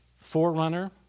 forerunner